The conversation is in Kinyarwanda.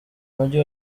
mujyi